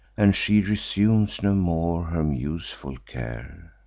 and she resumes no more her museful care,